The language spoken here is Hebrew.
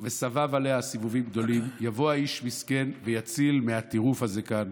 וסבב עליה סיבובים גדולים יבוא איש מסכן ויציל מהטירוף הזה כאן,